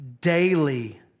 daily